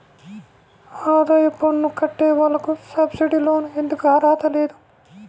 ఆదాయ పన్ను కట్టే వాళ్లకు సబ్సిడీ లోన్ ఎందుకు అర్హత లేదు?